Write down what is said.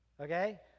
Okay